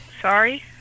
sorry